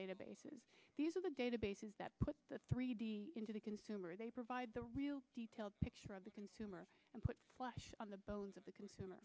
databases these are the databases that put the three d into the consumer they provide the real detailed picture of the consumer and put flesh on the bones of the consumer